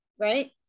Right